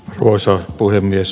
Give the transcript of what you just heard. arvoisa puhemies